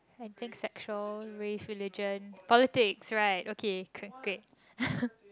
anything sexual race religion politics right okay gr~ great